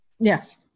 Yes